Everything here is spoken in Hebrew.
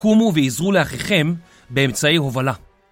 קומו ועזרו לאחיכם באמצעי הובלה.